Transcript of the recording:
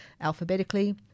alphabetically